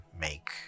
make